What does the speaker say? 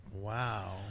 Wow